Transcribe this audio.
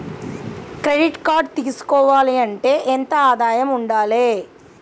Credit card తీసుకోవాలంటే ఎంత ఆదాయం ఉండాలే?